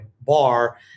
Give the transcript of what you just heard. bar